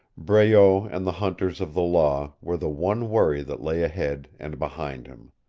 breault and the hunters of the law were the one worry that lay ahead and behind him.